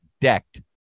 decked